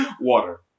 water